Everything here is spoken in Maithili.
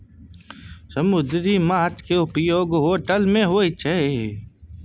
समुन्दरी माछ केँ उपयोग होटल मे होइ छै